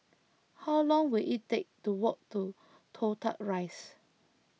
how long will it take to walk to Toh Tuck Rise